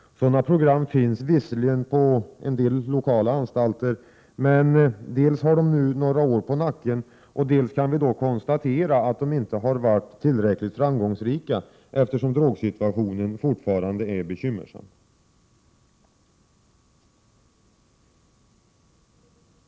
Sådana program finns visserligen på en del lokalanstalter, men dels har dessa nu några år på nacken, dels har vi kunnat konstatera att de inte har varit tillräckligt framgångsrika, eftersom drogsituationen fortfarande är bekymmersam.